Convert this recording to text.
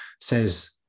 says